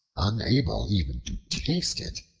unable even to taste it,